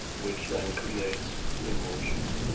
which then creates an emotion.